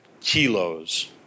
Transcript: kilos